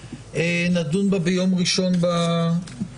נדון בה ביום ראשון בוועדה.